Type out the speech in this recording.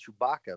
Chewbacca